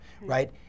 right